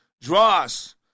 Dross